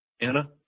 Anna